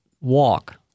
walk